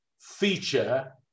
feature